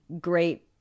great